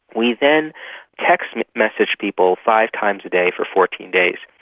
we then text messaged people five times a day for fourteen days.